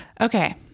Okay